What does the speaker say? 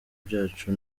byacu